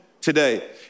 today